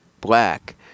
black